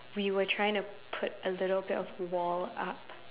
we were trying to put a little bit of wall up